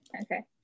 Okay